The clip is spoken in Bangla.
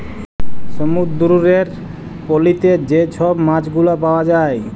সমুদ্দুরের পলিতে যে ছব মাছগুলা পাউয়া যায়